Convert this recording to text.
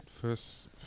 first